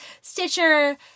Stitcher